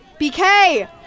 BK